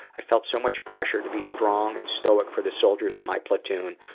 i felt so much pressure to be strong and stoic for the soldiers in my platoon,